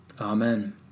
Amen